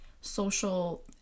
social